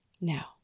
Now